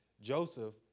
Joseph